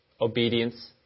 obedience